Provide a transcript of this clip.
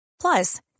Plus